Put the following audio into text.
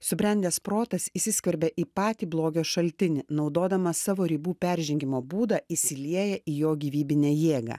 subrendęs protas įsiskverbia į patį blogio šaltinį naudodamas savo ribų peržengimo būdą įsilieja į jo gyvybinę jėgą